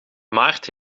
maart